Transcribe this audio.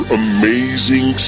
amazing